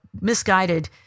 misguided